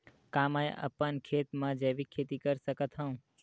का मैं अपन खेत म जैविक खेती कर सकत हंव?